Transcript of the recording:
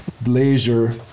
blazer